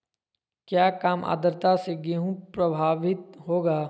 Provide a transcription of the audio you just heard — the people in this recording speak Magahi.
क्या काम आद्रता से गेहु प्रभाभीत होगा?